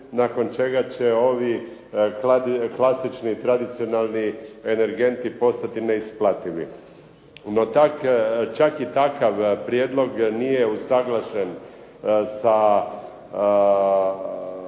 nakon čega će ovi klasični tradicionalni energenti postati neisplativi. NO, čak i takav prijedlog nije usuglašen